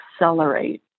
accelerate